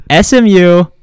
SMU